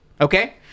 okay